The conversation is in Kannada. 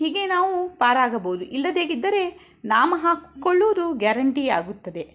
ಹೀಗೆ ನಾವು ಪಾರಾಗಬಹುದು ಇಲ್ಲದೇ ಇದ್ದರೆ ನಾಮ ಹಾಕ್ಕೊಳ್ಳುವುದು ಗ್ಯಾರಂಟಿಯೇ ಆಗುತ್ತದೆ